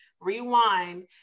rewind